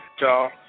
y'all